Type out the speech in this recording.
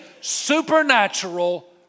supernatural